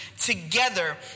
together